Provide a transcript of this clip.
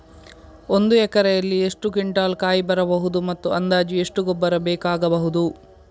ಒಂದು ಎಕರೆಯಲ್ಲಿ ಎಷ್ಟು ಕ್ವಿಂಟಾಲ್ ಕಾಯಿ ಬರಬಹುದು ಮತ್ತು ಅಂದಾಜು ಎಷ್ಟು ಗೊಬ್ಬರ ಬೇಕಾಗಬಹುದು?